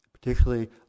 particularly